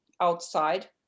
outside